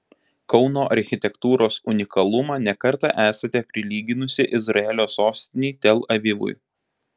kauno architektūros unikalumą ne kartą esate prilyginusi izraelio sostinei tel avivui